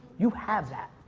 you have that.